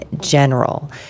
general